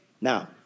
now